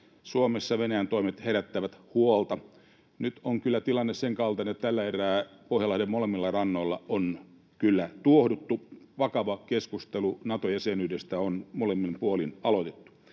Suomessa Venäjän toimet herättävät huolta. Nyt on kyllä tilanne senkaltainen, että tällä erää Pohjanlahden molemmilla rannoilla on kyllä tuohduttu, vakava keskustelu Nato-jäsenyydestä on molemmin puolin aloitettu.